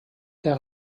der